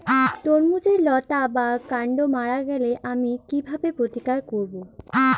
তরমুজের লতা বা কান্ড মারা গেলে আমি কীভাবে প্রতিকার করব?